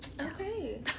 okay